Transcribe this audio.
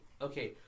Okay